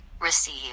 receive